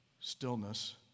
stillness